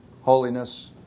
holiness